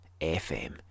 FM